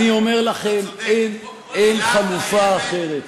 אני אומר לכם: אין, אין חלופה אחרת.